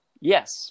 Yes